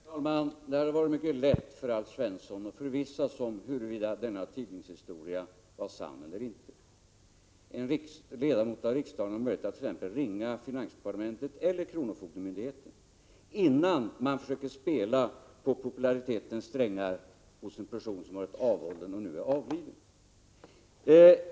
Herr talman! Det hade varit mycket lätt för Alf Svensson att förvissa sig om huruvida denna tidningshistoria var sann eller inte. En ledamot av riksdagen har möjlighet att t.ex. ringa finansdepartementet eller kronofogdemyndigheten innan han försöker spela på popularitetens strängar hos en person som varit avhållen och nu är avliden.